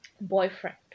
boyfriend